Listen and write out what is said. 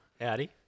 Howdy